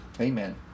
Amen